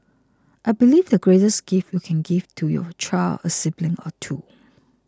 I believe the greatest gift you can give to your child is a sibling or two